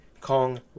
Kong